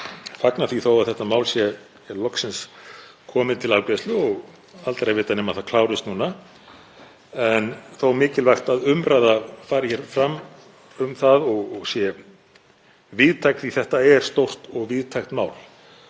fagna því þó að þetta mál sé loksins komið til afgreiðslu og aldrei að vita nema það klárist núna. Það er þó mikilvægt að umræða fari fram um það og sé víðtæk því að þetta er stórt og víðtækt mál